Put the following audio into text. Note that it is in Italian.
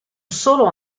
solo